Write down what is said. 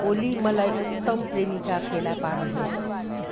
ओली मलाई उत्तम प्रेमिका फेला पार्नुहोस्